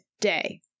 day